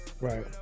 Right